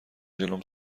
جلوم